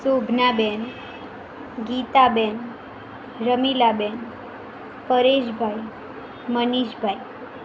Shobhanaben Gitaben Ramilaben Pareshbhai Manishbhai